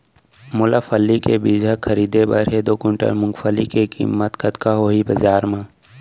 मोला फल्ली के बीजहा खरीदे बर हे दो कुंटल मूंगफली के किम्मत कतका होही बजार म?